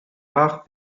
rares